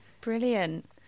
brilliant